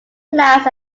clouds